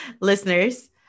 listeners